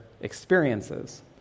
experiences